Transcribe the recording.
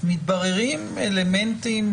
מתבררים אלמנטים